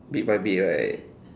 bit by bit right